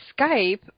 Skype